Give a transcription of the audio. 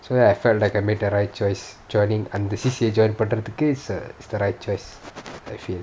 so I felt like I made the right choice joining அந்த:antha C_C_A join பண்றதுக்கு:pandrathuku is the right choice I feel